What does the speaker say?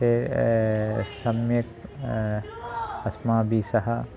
ते सम्यक् अस्माभिः सह